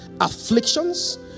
afflictions